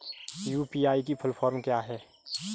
UPI की full form क्या है?